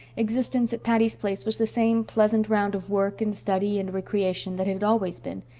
existence at patty's place was the same pleasant round of work and study and recreation that it had always been.